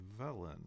velen